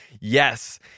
yes